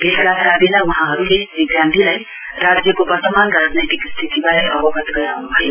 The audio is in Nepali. भेटघाटका वेला वहाँहरुले श्री गान्धीलाई राज्यको वर्तमान राजनैतिक स्थितिवारे अवगत गराउन्भयो